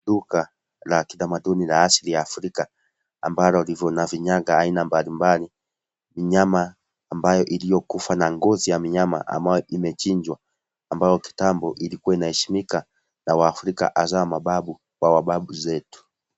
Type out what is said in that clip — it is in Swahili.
Duka la kitamaduni la asili ya Afrika ambalo livona vinyago aina mbalimbali minyama ambayo iliyokufa na ngozi ya minyama ambayo imechinjwa ambayo kitambo ilikua inaheshimika na waafrika hasa mababu wa wababu zetu.